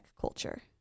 culture